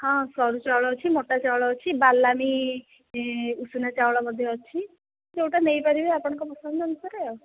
ହଁ ସରୁ ଚାଉଳ ଅଛି ମୋଟା ଚାଉଳ ଅଛି ବାଲାମି ଉଷୁନା ଚାଉଳ ମଧ୍ୟ ଅଛି ଯେଉଁଟା ନେଇପାରିବେ ଆପଣଙ୍କ ପସନ୍ଦ ଅନୁସାରେ ଆଉ